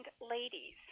ladies